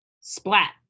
Splat